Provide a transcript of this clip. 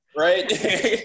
Right